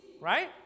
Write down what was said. right